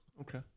Okay